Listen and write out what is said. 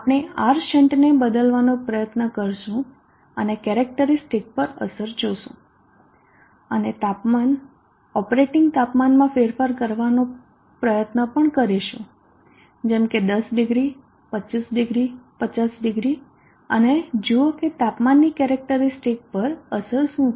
આપણે R શન્ટને બદલવાનો પ્રયત્ન કરીશું અને કેરેક્ટરીસ્ટિક પર અસર જોશું અને તાપમાન ઓપરેટિંગ તાપમાનમાં ફેરફાર કરવાનો પ્રયત્ન પણ કરીશું જેમ કે 100 250 500અને જુઓ કે તાપમાનની કેરેક્ટરીસ્ટિક પર અસર શું છે